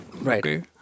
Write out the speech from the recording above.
right